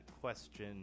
question